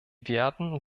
werden